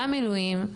גם מילואים,